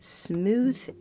smooth